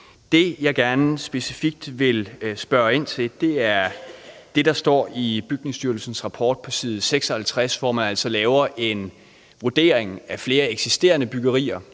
det, jeg gerne specifikt vil spørge ind til, er det, der står i Bygningsstyrelsens rapport på side 56. Her har man lavet en vurdering af flere eksisterende byggerier,